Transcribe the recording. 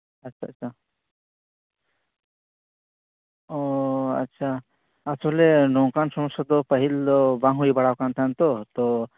ᱟᱪᱪᱷᱟ ᱟᱪᱪᱷᱟ ᱚ ᱟᱪᱪᱷᱟ ᱟᱥᱚᱞᱮ ᱱᱚᱝᱠᱟᱱ ᱥᱚᱢᱚᱥᱥᱟ ᱫᱚ ᱯᱟᱦᱤᱞ ᱫᱚ ᱵᱟᱝ ᱦᱩᱭ ᱵᱟᱲᱟᱣ ᱠᱟᱱ ᱛᱟᱦᱮᱱ ᱛᱚ ᱛᱚ